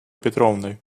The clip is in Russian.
петровной